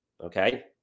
Okay